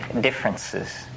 differences